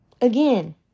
Again